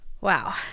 wow